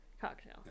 Cocktail